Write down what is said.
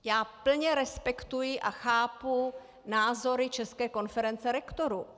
Já plně respektuji a chápu názory České konference rektorů.